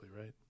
right